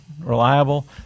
reliable